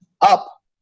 up